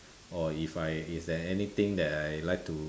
or if I if there anything that I like to